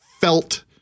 felt